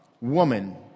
woman